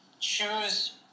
choose